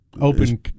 open